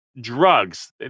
drugs